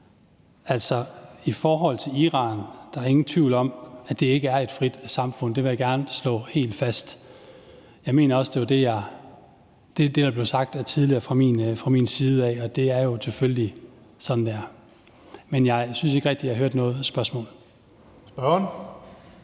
sagt. I forhold til Iran er der ingen tvivl om, at det ikke er et frit samfund, det vil jeg gerne slå helt fast. Jeg mener også, det var det, der blev sagt tidligere fra min side, og det er jo selvfølgelig sådan, det er. Men jeg synes ikke rigtig, jeg hørte noget spørgsmål. Kl.